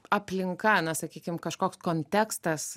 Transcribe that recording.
aplinka na sakykim kažkoks kontekstas